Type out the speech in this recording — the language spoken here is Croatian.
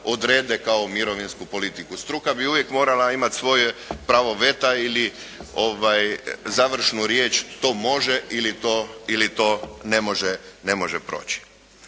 kao mirovinsku politiku. Struka bi uvijek morala imati svoje pravo veta ili završnu riječ to može ili to ne može proći.